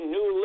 New